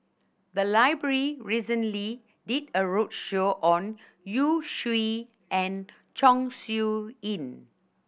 the library recently did a roadshow on Yu Zhuye and Chong Siew Ying